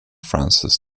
francis